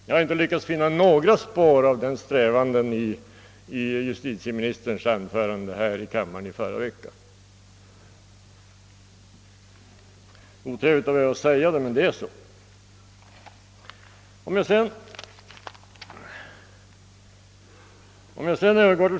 Jag har inte lyckats finna några spår av sådana strävanden i justitieministerns anförande här i kammaren i förra veckan. Det är otrevligt att behöva säga det, men så är det.